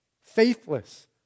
faithless